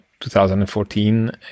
2014